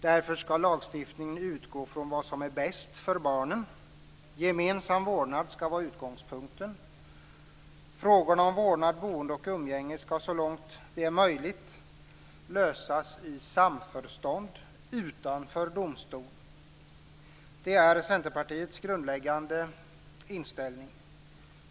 Därför skall lagstiftningen utgå från vad som är bäst för barnen. Gemensam vårdnad skall vara utgångspunkten. Frågorna om vårdnad, boende och umgänge skall så långt det är möjligt lösas i samförstånd utanför domstol - det är Centerpartiets grundläggande inställning.